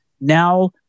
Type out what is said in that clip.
Now